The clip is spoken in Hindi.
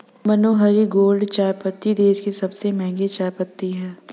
मनोहारी गोल्ड चायपत्ती देश की सबसे महंगी चायपत्ती है